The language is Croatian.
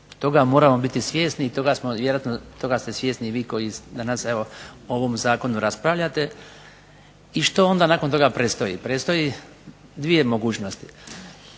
toga smo vjerojatno, toga ste svjesni i vi koji danas evo o ovom zakonu raspravljate. I što onda nakon toga predstoji? Predstoje 2 mogućnosti: